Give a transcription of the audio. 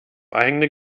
eigene